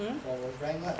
for our rank lah